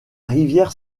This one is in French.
rivière